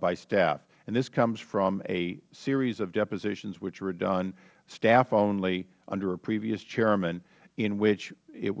by staff and this comes from a series of depositions which were done staff only under a previous chairman in which it